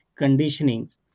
conditionings